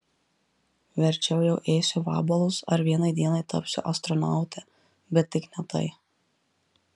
verčiau jau ėsiu vabalus ar vienai dienai tapsiu astronaute bet tik ne tai